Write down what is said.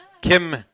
Kim